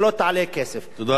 רק בזהירות.